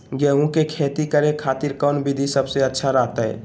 गेहूं के खेती करे खातिर कौन विधि सबसे अच्छा रहतय?